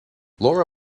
laura